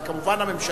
אבל כמובן הממשלה,